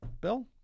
bill